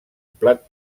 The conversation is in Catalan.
plat